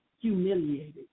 humiliated